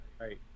Right